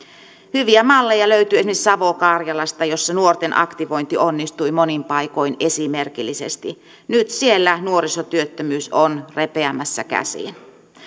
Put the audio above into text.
hyviä malleja löytyy esimerkiksi savo karjalasta missä nuorten aktivointi onnistui monin paikoin esimerkillisesti nyt siellä nuorisotyöttömyys on repeämässä käsiin